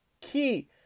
key